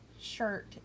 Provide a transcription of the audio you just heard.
shirt